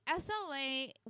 SLA